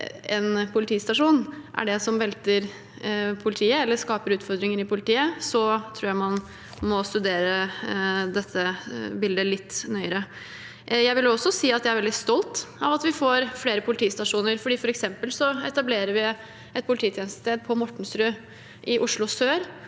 en politistasjon er det som velter politiet eller skaper utfordringer i politiet, tror jeg man må studere dette bildet litt nøyere. Jeg vil også si at jeg er veldig stolt av at vi får flere politistasjoner. Vi etablerer en polititjeneste på Mortensrud i Oslo sør,